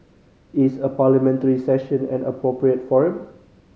is a Parliamentary Session an appropriate forum